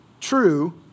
true